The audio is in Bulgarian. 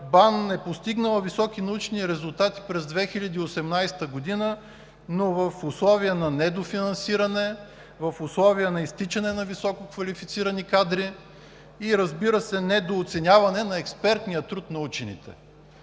БАН е постигнала високи научни резултати през 2018 г., но в условия на недофинансиране, в условия на изтичане на висококвалифицирани кадри и, разбира се, недооценяване на експертния труд на учените.